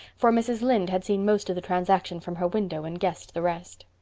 for mrs. lynde had seen most of the transaction from her window and guessed the rest.